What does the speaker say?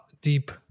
deep